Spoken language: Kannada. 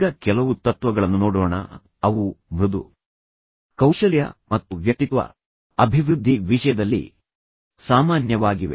ಈಗ ಕೆಲವು ತತ್ವಗಳನ್ನು ನೋಡೋಣ ಅವು ಮೃದು ಕೌಶಲ್ಯ ಮತ್ತು ವ್ಯಕ್ತಿತ್ವ ಅಭಿವೃದ್ಧಿ ವಿಷಯದಲ್ಲಿ ಸಾಮಾನ್ಯವಾಗಿವೆ